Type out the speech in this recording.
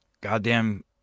Goddamn